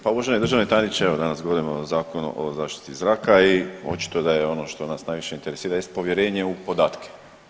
Pa uvaženi državni tajniče evo danas govorimo o Zakonu o zaštiti zraka i očito je da je ono što nas najviše interesira jest povjerenje u podatke.